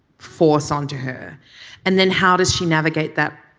force onto her and then how does she navigate that.